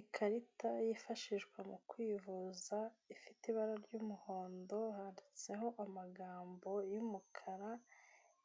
Ikarita yifashishwa mu kwivuza ifite ibara ry'umuhondo, handitseho amagambo y'umukara